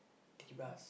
Chivas